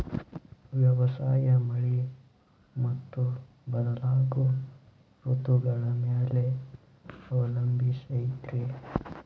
ವ್ಯವಸಾಯ ಮಳಿ ಮತ್ತು ಬದಲಾಗೋ ಋತುಗಳ ಮ್ಯಾಲೆ ಅವಲಂಬಿಸೈತ್ರಿ